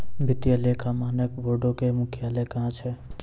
वित्तीय लेखा मानक बोर्डो के मुख्यालय कहां छै?